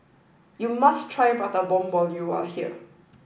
you must try Prata Bomb when you are here